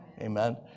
Amen